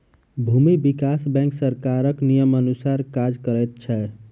भूमि विकास बैंक सरकारक नियमानुसार काज करैत छै